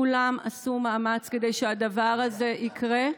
כולם עשו מאמץ כדי שהדבר הזה יקרה.